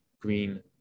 green